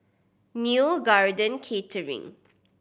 Neo Garden Catering